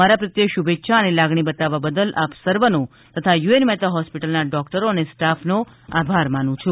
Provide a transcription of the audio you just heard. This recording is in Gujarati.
મારા પ્રત્યે શુભેચ્છા અને લાગણી બતાવવા બદલ આપ સર્વનો તથા યુએન મહેતા હોસ્પીટલના ડોકટરો અને સ્ટાફનો આભાર માનુ છુ